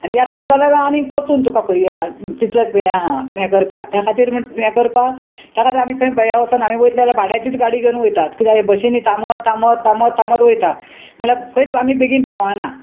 आनी येतलो जाल्यार मागीर आनी परतून तुका खंय तितलेंच हें आहा हें करपा त्या खातीर हें करपा त्या खातीर आमी खंय वसोना आमी वयतले जाल्यार भाड्याचीच गाडी घेवन वयतात किद्या हे बशेनी थामत थामत थामत थामत वयता म्हळ्यार खंयच आमी बेगीन पावना